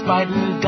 Biden